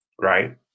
Right